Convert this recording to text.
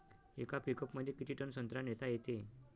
येका पिकअपमंदी किती टन संत्रा नेता येते?